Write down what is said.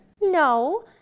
No